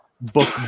book